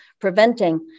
preventing